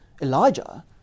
Elijah